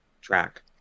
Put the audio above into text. track